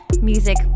music